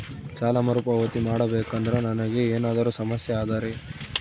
ಸಾಲ ಮರುಪಾವತಿ ಮಾಡಬೇಕಂದ್ರ ನನಗೆ ಏನಾದರೂ ಸಮಸ್ಯೆ ಆದರೆ?